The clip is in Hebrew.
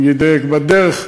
אני אדייק בדרך.